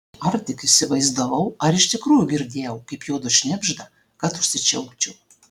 ar tik įsivaizdavau ar iš tikrųjų girdėjau kaip juodu šnibžda kad užsičiaupčiau